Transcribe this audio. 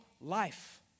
life